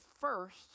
first